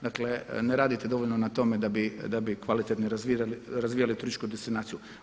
Dakle ne radite dovoljno na tome da bi kvalitetno razvijali turističku destinaciju.